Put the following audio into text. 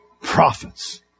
prophets